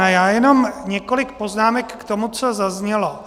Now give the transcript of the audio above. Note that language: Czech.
Já jenom několik poznámek k tomu, co zaznělo.